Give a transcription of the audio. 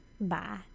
Bye